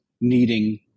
needing